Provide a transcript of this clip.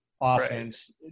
offense